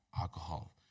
alcohol